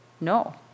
No